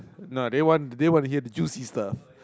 no they want they want to hear the juicy stuff